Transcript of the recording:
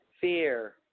fear